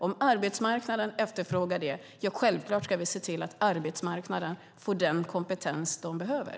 Om arbetsmarknaden efterfrågar det ska vi självklart se till att arbetsmarknaden får den kompetens som behövs.